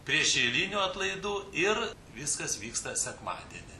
prie šilinių atlaidų ir viskas vyksta sekmadienį